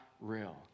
Real